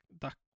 Dak